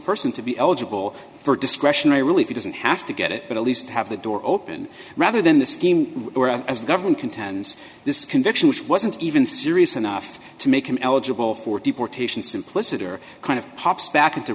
person to be eligible for discretionary relief he doesn't have to get it but at least have the door open rather than the scheme as the government contends this conviction which wasn't even serious enough to make him eligible for deportation simpliciter kind of pops back into